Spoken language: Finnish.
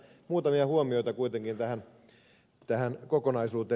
muutamia huomioita kuitenkin tähän kokonaisuuteen